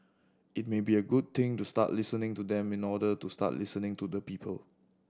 it may be a good thing to start listening to them in order to start listening to the people